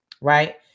right